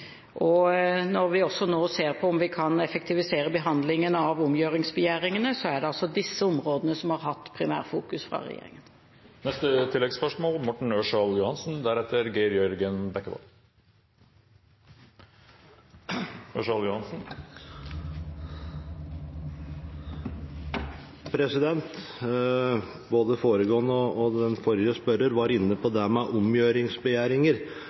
Når vi nå også ser på om vi kan effektivisere behandlingen av omgjøringsbegjæringene, er det altså disse områdene regjeringen primært har